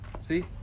see